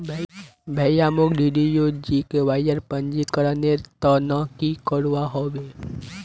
भाया, मोक डीडीयू जीकेवाईर पंजीकरनेर त न की करवा ह बे